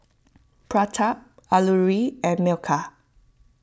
Pratap Alluri and Milkha